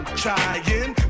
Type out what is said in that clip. trying